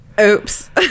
Oops